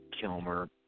Kilmer